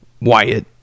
Wyatt